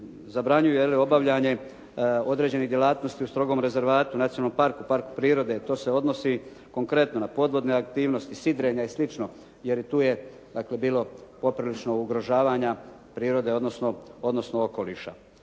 zabranjuju je li obavljanje određenih djelatnosti u strogom rezervatu, nacionalnom parku, parku prirode. To se odnosi konkretno na podvodne aktivnosti, sidrenja i slično jer i tu je dakle bilo poprilično ugrožavanja prirode odnosno okoliša.